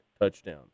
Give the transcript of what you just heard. touchdown